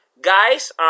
Guys